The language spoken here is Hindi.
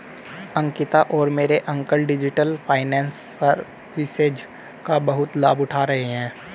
अंकिता और मेरे अंकल डिजिटल फाइनेंस सर्विसेज का बहुत लाभ उठा रहे हैं